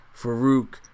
Farouk